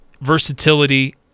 versatility